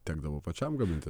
tekdavo pačiam gamintis